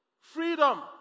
freedom